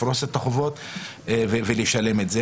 לפרוס את החובות ולשלם אותם.